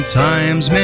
times